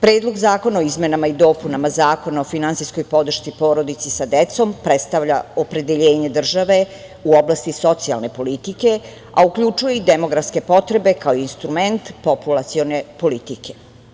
Predlog zakona o izmenama i dopunama Zakona o finansijskoj podršci porodici sa decom predstavlja opredeljenje države u oblasti socijalne politike, a uključuje i demografske potrebe kao instrument populacione politike.